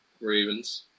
Ravens